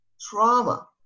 trauma